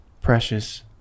precious